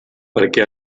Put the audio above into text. perquè